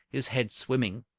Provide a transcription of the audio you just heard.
his head swimming.